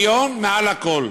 עליון מעל הכול.